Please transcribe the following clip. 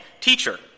Teacher